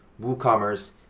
WooCommerce